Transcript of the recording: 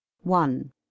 one